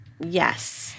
Yes